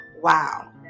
Wow